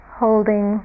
holding